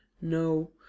No